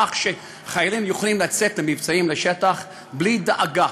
כך שחיילים יכולים לצאת למבצעים בשטח בלי דאגה